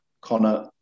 Connor